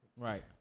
Right